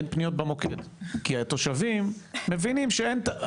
אין פניות במוקד כי התושבים מבינים שאין ---.